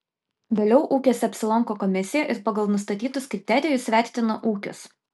vėliau ūkiuose apsilanko komisija ir pagal nustatytus kriterijus vertina ūkius